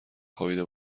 خوابیده